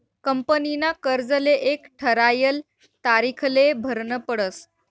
कंपनीना कर्जले एक ठरायल तारीखले भरनं पडस